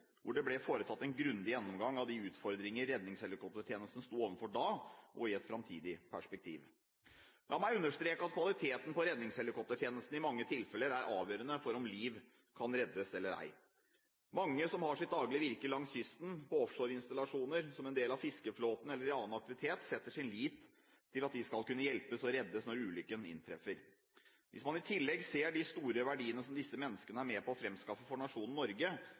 hvor det ble foretatt en grundig gjennomgang av de utfordringer redningshelikoptertjenesten sto overfor da, og i et fremtidig perspektiv. La meg understreke at kvaliteten på redningshelikoptertjenesten i mange tilfeller er avgjørende for om liv kan reddes eller ei. Mange som har sitt daglige virke langs kysten, på offshoreinstallasjoner, som en del av fiskeflåten eller i annen aktivitet, setter sin lit til at de skal kunne hjelpes og reddes når ulykken inntreffer. Hvis man i tillegg ser de store verdiene som disse menneskene er med på å fremskaffe for nasjonen Norge,